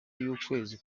y’ukwezi